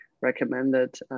recommended